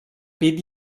pit